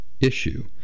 issue